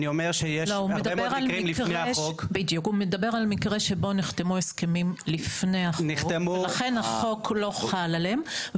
הוא מדבר על מקרה שבו נחתמו הסכמים לפני החוק ולכן החוק לא חל עליהם.